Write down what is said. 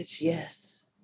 yes